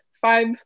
five